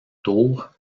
tour